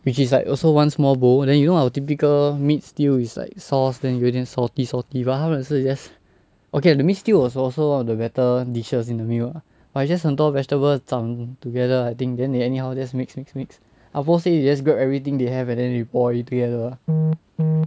which is like also one small bowl then you know our typical meat stew is like sauce then 有一点 salty salty but 他们的是 just okay lah the meat stew was also one of the better dishes in the meal but it's just 很多 vegetable zham together I think then they anyhow just mix mix mix ah bo say you they grab everything they have and they pour it together